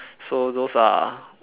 so those are